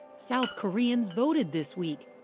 south koreans voted this week.